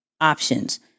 options